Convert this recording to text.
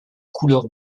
couleur